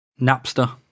Napster